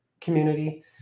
community